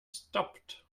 stopped